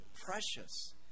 precious